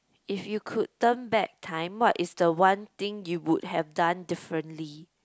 if you could turn back time what is the one thing you would have done differently